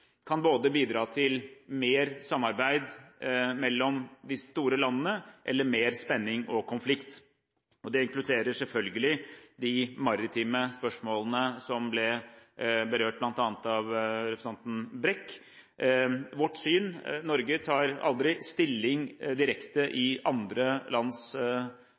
kan enten bidra til mer samarbeid mellom de store landene eller mer spenning og konflikt. Det inkluderer selvfølgelig de maritime spørsmålene som ble berørt bl.a. av representanten Brekk. Vårt syn er at Norge aldri tar stilling direkte i andre lands